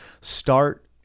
Start